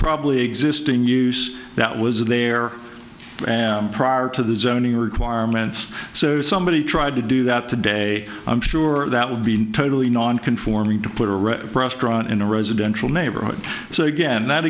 probably existing use that was there prior to the zoning requirements so somebody tried to do that today i'm sure that would be totally non conforming to put a red cross drawn in a residential neighborhood so again that